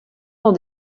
dans